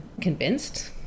convinced